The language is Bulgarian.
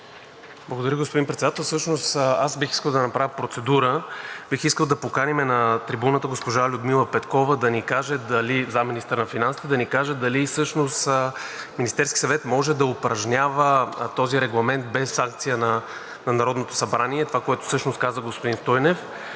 Благодаря, господин Председател. Всъщност аз бих искал да направя процедура. Бих искал да поканим на трибуната госпожа Людмила Петкова – заместник-министър на финансите, да ни каже дали всъщност Министерският съвет може да упражнява този регламент без санкция на Народното събрание – това, което всъщност каза господин Стойнев,